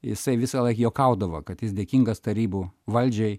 jisai visąlaik juokaudavo kad jis dėkingas tarybų valdžiai